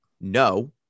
no